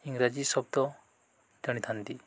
ଇଂରାଜୀ ଶବ୍ଦ ଜାଣିଥାନ୍ତି